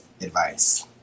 advice